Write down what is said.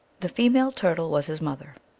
the female turtle was his mother.